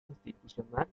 institucional